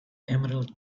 emerald